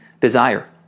desire